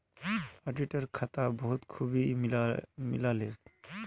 auditor खाता बखूबी मिला ले